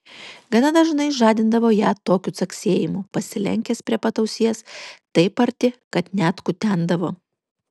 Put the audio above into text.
gana dažnai žadindavo ją tokiu caksėjimu pasilenkęs prie pat ausies taip arti kad net kutendavo